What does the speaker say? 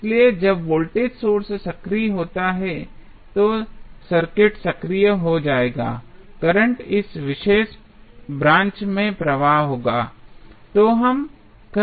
इसलिए जब voltage source सक्रिय होता है तो सर्किट सक्रिय हो जाएगा करंट इस विशेष ब्रांच में प्रवाह होगा